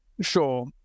Sure